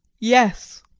yes!